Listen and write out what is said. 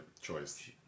choice